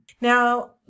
Now